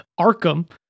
Arkham